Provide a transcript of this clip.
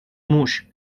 موش